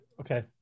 okay